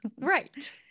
Right